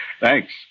Thanks